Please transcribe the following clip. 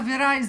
חבריי,